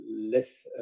less